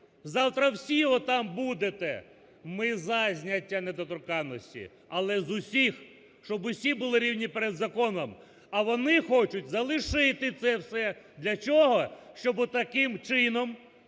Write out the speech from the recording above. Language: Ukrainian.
Завтра всі отам будете. Ми - за зняття недоторканності, але з усіх, щоб усі були рівні перед законом. А вони хочуть залишити це все. Для чого? Щоб отаким чином